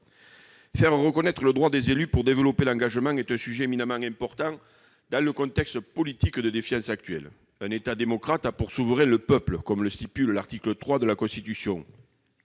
Faire reconnaître le droit des élus pour développer l'engagement est une nécessité dans le contexte politique de défiance actuelle. Un État démocrate a pour souverain le peuple, comme le dispose l'article 3 de la Constitution.